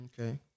Okay